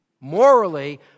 Morally